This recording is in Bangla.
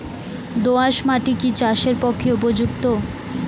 দোআঁশ মাটি কি চাষের পক্ষে উপযুক্ত?